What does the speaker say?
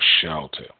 shelter